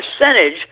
percentage